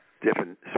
different